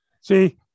See